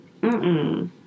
Mm-mm